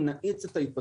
אנחנו מתחילים את הדיון.